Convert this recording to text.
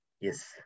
Yes